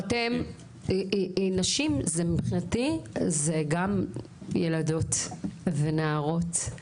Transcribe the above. אתם, נשים מבחינתי זה גם ילדות ונערות.